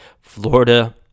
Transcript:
Florida